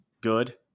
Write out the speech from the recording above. good